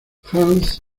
hans